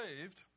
saved